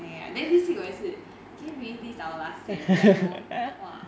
ya ya then this week 我也是 can you believe this is our last test like you know !wah!